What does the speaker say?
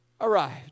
arrived